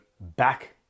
back